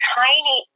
tiny